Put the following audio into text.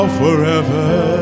forever